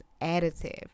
additive